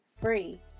free